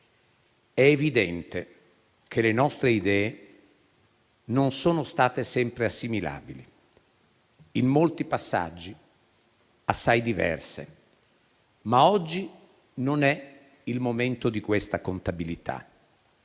È evidente che le nostre idee non sono state sempre assimilabili, in molti passaggi sono state assai diverse, ma oggi non è il momento di questa contabilità.